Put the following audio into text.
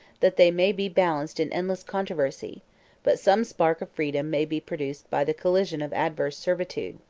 that they may be balanced in endless controversy but some spark of freedom may be produced by the collision of adverse servitude.